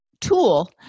tool